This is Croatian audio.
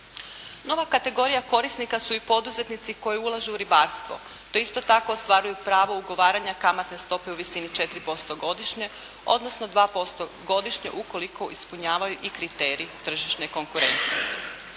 Nova kategorija korisnika su i poduzetnici koji ulažu u ribarstvo, te isto tako ostvaruju pravo ugovaranja kamatne stope u visini 4% godišnje, odnosno 2% godišnje ukoliko ispunjavaju i kriterij tržišne konkurentnosti.